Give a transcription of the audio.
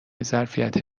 ظرفیت